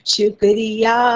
Shukriya